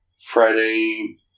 Friday